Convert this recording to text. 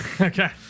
Okay